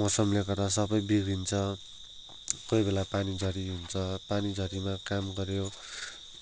मौसमले गर्दा सबै बिग्रिन्छ कोही बेला पानी झरी हुन्छ पानी झरीमा काम गऱ्यो